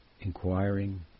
inquiring